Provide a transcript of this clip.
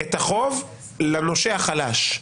את החוב לנושה החלש,